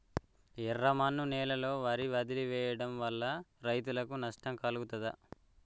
ఎర్రమన్ను నేలలో వరి వదిలివేయడం వల్ల రైతులకు నష్టం కలుగుతదా?